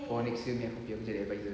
for next year project advisor